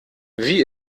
wie